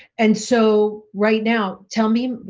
and so right now, tell me, um but